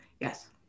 Yes